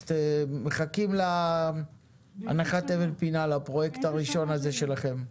אנחנו מחכים להנחת אבן הפינה לפרויקט הראשון הזה שלכם.